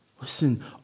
listen